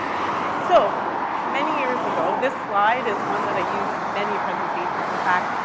so many years ago. this slide is one that i use in many presentations. in fact,